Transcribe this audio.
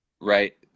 right